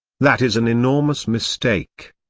that is an enormous mistake.